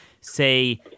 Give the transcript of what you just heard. say